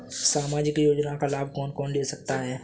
सामाजिक योजना का लाभ कौन कौन ले सकता है?